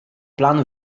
plan